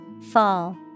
Fall